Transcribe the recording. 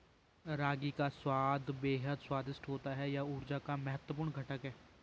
रागी का स्वाद बेहद स्वादिष्ट होता है यह ऊर्जा का महत्वपूर्ण घटक है